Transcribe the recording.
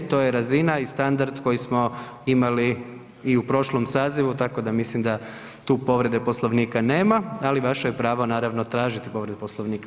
To je razina i standard koji smo imali i u prošlom sazivu tako da mislim da tu povrede Poslovnika nema, ali vaše je pravo naravno tražiti povredu Poslovnika.